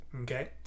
okay